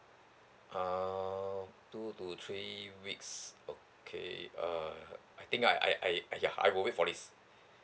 uh two to three weeks okay uh I think I I I !aiya! I will wait for this